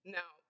Now